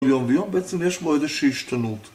ויום ויום בעצם יש פה איזו שהיא השתנות